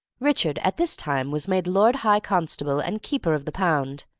richard at this time was made lord high constable and keeper of the pound.